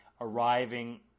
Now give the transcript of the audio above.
arriving